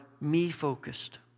me-focused